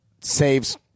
saves